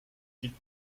twenty